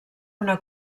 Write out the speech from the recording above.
una